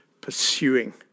pursuing